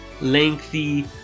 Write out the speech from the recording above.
lengthy